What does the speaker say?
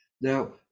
Now